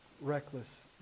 reckless